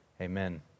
Amen